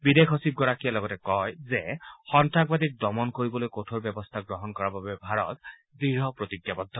বিদেশ সচিবগৰাকীয়ে লগতে কয় যে সন্তাসবাদীক দমন কৰিবলৈ কঠোৰ ব্যৱস্থা গ্ৰহণ কৰা বাবে ভাৰত দৃঢ় প্ৰতিজ্ঞাবদ্ধ